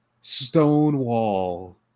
Stonewall